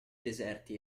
deserti